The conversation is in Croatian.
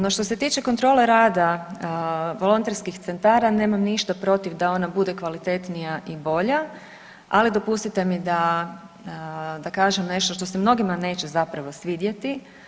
No što se tiče kontrole rada volonterskih centara nemam ništa protiv da ona bude kvalitetnija i bolja, ali dopustite mi da, da kažem nešto što se mnogima neće zapravo svidjeti.